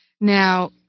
Now